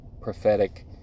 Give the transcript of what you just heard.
prophetic